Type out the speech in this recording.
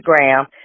Instagram